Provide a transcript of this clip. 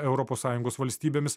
europos sąjungos valstybėmis